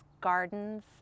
gardens